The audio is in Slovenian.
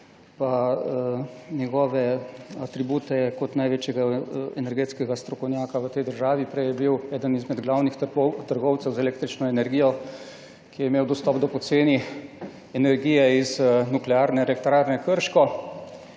pa njegove atribute kot največjega energetskega strokovnjaka v tej državi. Prej je bil eden izmed glavnih trgovcev z električno energijo, ki je imel dostop do poceni energije iz Nuklearne elektrarne Krško.